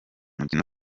mukino